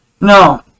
No